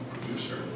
producer